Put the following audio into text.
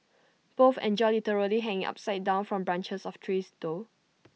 both enjoy literally hanging upside down from branches of trees though